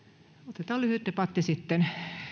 otetaan lyhyt debatti sitten